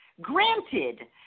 granted